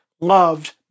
loved